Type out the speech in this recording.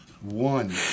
One